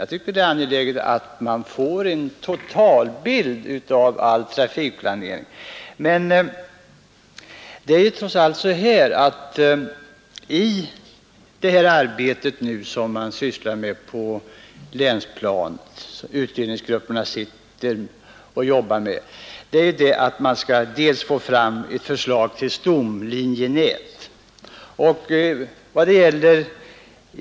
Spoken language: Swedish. Jag tycker det är angeläget att man får en totalbild av all trafikplanering. Men trots allt går det här arbetet, som man nu sitter och jobbar med på länsplanet i utredningsgrupperna, bl.a. ut på att man skall få fram ett förslag till stomlinjenät.